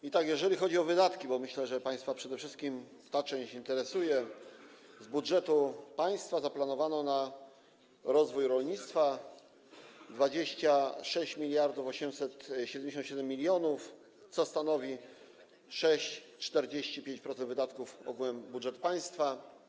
I tak, jeżeli chodzi o wydatki, bo myślę, że państwa przede wszystkim ta część interesuje, z budżetu państwa zaplanowano na rozwój rolnictwa 26 877 mln, co stanowi 6,45% wydatków ogółem budżetu państwa.